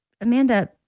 Amanda